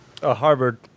Harvard